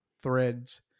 threads